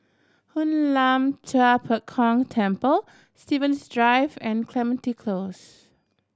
Hoon Lam Tua Pek Kong Temple Stevens Drive and Clementi Close